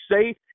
safe